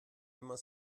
immer